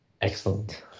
Excellent